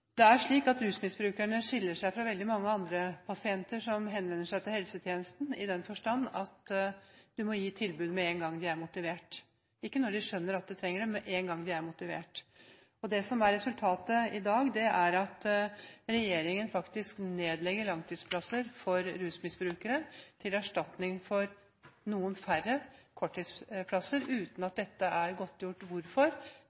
Det er slik at rusmisbrukerne skiller seg fra veldig mange andre pasienter som henvender seg til helsetjenesten, i den forstand at de må gis tilbud med en gang de er motivert – ikke når de skjønner at de trenger det, men med en gang de er motivert. Det som er resultatet i dag, er at regjeringen faktisk nedlegger langtidsplasser for rusmisbrukere til erstatning for noen færre korttidsplasser, uten